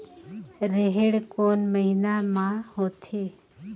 रेहेण कोन महीना म होथे?